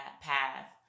path